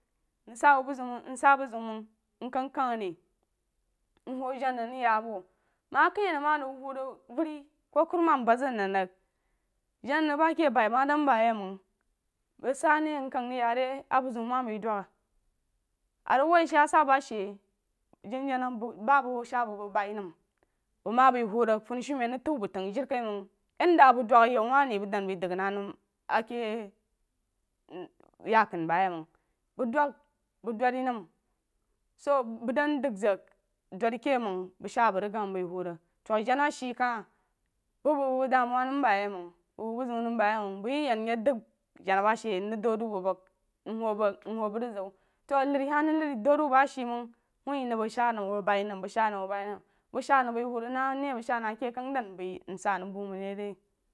Nəng sah məng bu zam nəng sah məng ba zeun məng nkan kan rė nwuh jana nəng rig yah bo məng a kei nəng ma ziw wuher vəri ku kurumam bad zəng nəng rig jana nəng ba keh bai ma dan bah yeh məng bəng sah neí nkəng rig yah re a bu zeun ma bəi dəu a rig wuh shíí yah sah ba she janajana ma məng shaa bəng bəng bai nəm bəng ma bəi wuhur funishumen ríg tau bəng tag yen dah a bəng dəng a yau wah re bəng dan bəi dəng na nəm məng a keī mn keí yekunu bu yeh məng wəng dəng bəng duri nəm so bəng dan dəng zang duri keh məng bəng shaa bang rig gan bəí wuh ríg dang a she kah bu bənga bəng da mu woh nəm ba yeh məng bu bəng bu zeun nən ba yeh məng bəng yeh yah nrig dəng dana ba she nríg deu a deu bu bəng nwub bəng nwuh bəng rig ziu to ner hah nəng lar deu a deu bəng a-səi məng nəng bəng shaa nəng bəng baī nəm bəng shaa nəng bəi wuh ríg na neh bəng shaa na keh dan kəng bəi nsah nəng bu məng naí re.